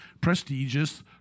prestigious